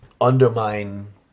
undermine